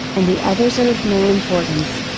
and the others are of no importance.